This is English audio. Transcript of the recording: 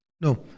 no